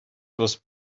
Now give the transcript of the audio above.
was